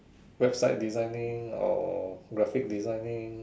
website designing or graphic designing